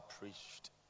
preached